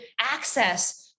access